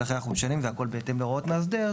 ולכן אנחנו משנים ל-"והכל בהתאם להוראות מאסדר",